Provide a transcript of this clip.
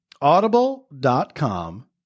audible.com